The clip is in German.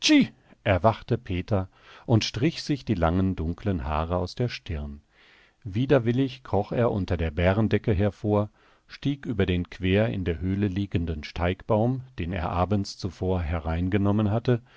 erwachte peter und strich sich die langen dunklen haare aus der stirn widerwillig kroch er unter der bärendecke hervor stieg über den quer in der höhle liegenden steigbaum den er abends zuvor hereingenommen hatte